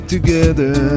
together